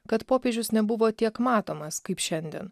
kad popiežius nebuvo tiek matomas kaip šiandien